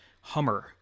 hummer